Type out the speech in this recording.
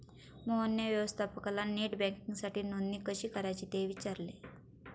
मोहनने व्यवस्थापकाला नेट बँकिंगसाठी नोंदणी कशी करायची ते विचारले